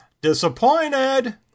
Disappointed